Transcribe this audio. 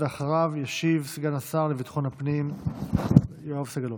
ואחריו ישיב סגן השר לביטחון הפנים יואב סגלוביץ'.